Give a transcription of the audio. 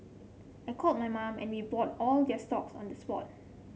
I called my mum and we bought all their stocks on the spot